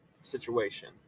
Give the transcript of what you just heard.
situation